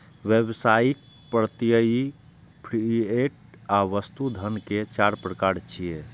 व्यावसायिक, प्रत्ययी, फिएट आ वस्तु धन के चार प्रकार छियै